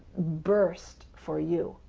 burst for you.